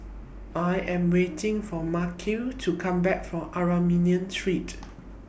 I Am waiting For Markell to Come Back from Armenian Street